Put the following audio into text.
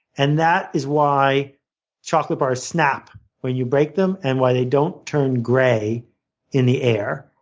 and that is why chocolate bars snap when you break them and why they don't turn grey in the air.